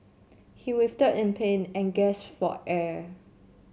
he writhed in pain and gasped for air